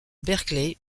berkeley